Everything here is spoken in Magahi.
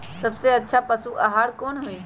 सबसे अच्छा पशु आहार कोन हई?